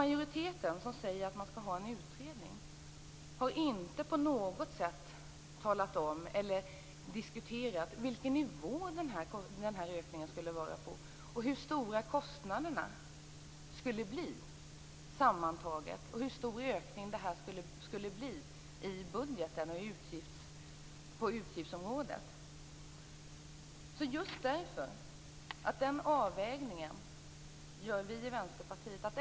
Majoriteten säger att man skall ha en utredning, men man har inte på något sätt diskuterat vilken nivå den här ökningen skulle ligga på och hur stora kostnaderna sammantaget skulle bli. Man har inte diskuterat hur stor ökningen skulle bli på utgiftsområdet i budgeten.